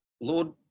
Lord